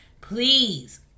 please